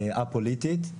א-פוליטית,